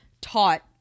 taught